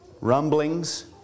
rumblings